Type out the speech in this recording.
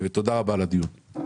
תודה רבה על הדיון.